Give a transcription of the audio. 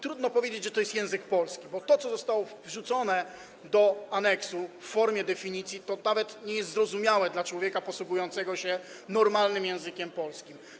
Trudno powiedzieć, że to jest język polski, bo to, co zostało wrzucone do aneksu w formie definicji, nawet nie jest zrozumiałe dla człowieka posługującego się normalnym językiem polskim.